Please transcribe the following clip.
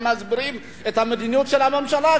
הם מסבירים את המדיניות של הממשלה,